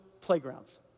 playgrounds